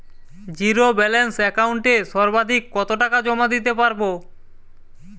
Zero balance একাউন্টে সর্বাধিক কত টাকা জমা দিতে পারব?